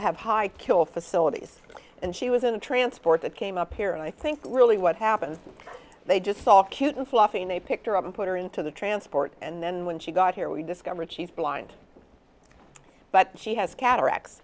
have high kill facilities and she was in a transport that came up here and i think really what happened they just saw cute and fluffy and they picked her up and put her into the transport and then when she got here we discovered she's blind but she has cataracts